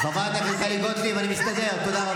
חברת הכנסת טלי גוטליב, אני מסתדר.